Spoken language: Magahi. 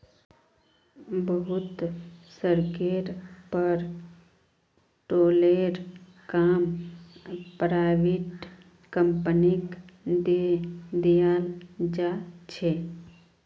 बहुत सड़केर पर टोलेर काम पराइविट कंपनिक दे दियाल जा छे